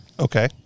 Okay